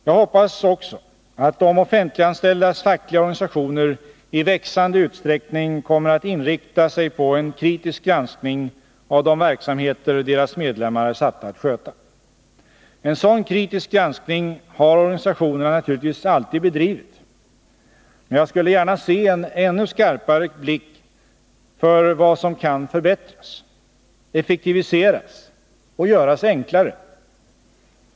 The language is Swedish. Jag hoppas att de offentliganställdas fackliga organisationer i växande utsträckning kommer att inrikta sig på en kritisk granskning av de verksamheter deras medlemmar är satta att sköta. En sådan kritisk granskning har organisationerna naturligtvis alltid bedrivit. Men jag skulle gärna se att man hade en ännu skarpare blick för vad som kan förbättras, effektiviseras och göras enklare.